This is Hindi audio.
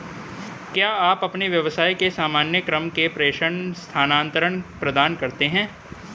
क्या आप अपने व्यवसाय के सामान्य क्रम में प्रेषण स्थानान्तरण प्रदान करते हैं?